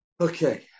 Okay